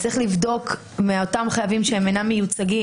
צריך לבדוק מאותם חייבים שאינם מיוצגים,